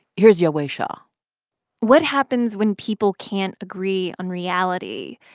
here's yowei shaw what happens when people can't agree on reality?